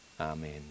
Amen